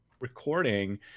recording